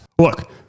look